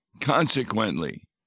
Consequently